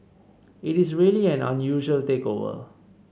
it is really an unusual takeover